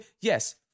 yes